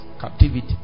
captivity